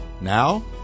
Now